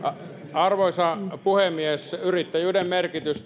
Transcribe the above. arvoisa puhemies yrittäjyyden merkitys